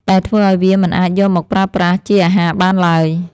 ដែលធ្វើឱ្យវាមិនអាចយកមកប្រើប្រាស់ជាអាហារបានឡើយ។